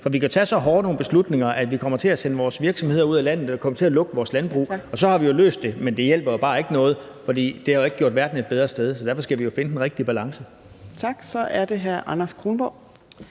For vi kan tage nogle så hårde beslutninger, at vi kommer til at sende vores virksomheder ud af landet, eller vi kommer til at lukke vores landbrug, og så har vi jo løst det, men det hjælper bare ikke noget, for det har ikke gjort verden til et bedre sted. Så derfor skal vi jo finde den rigtige balance. Kl. 16:20 Fjerde næstformand